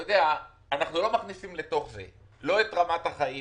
אנחנו לא מכניסים לתוך זה לא את רמת החיים